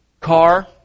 car